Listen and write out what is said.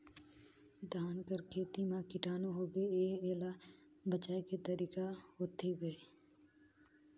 धान कर खेती म कीटाणु होगे हे एला बचाय के तरीका होथे गए?